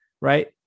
right